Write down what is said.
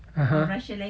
(uh huh)